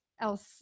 else